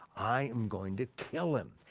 i am going to kill him.